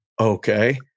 okay